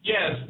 Yes